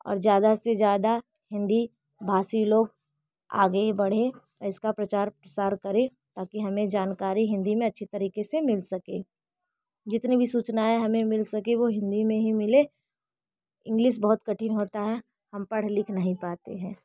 और ज़्यादा से ज़्यादा हिन्दी भाषी लोग आगे बढ़ें इसका प्रचार प्रसार करें ताकी हमें जानकारी हिन्दी में अच्छी तरीके से मिल सके जितनी भी सूचनाएं हमें मिल सके वो हिन्दी में ही मिलें इंग्लिस बहुत कठिन होता है हम पढ़ लिख नहीं पाते हैं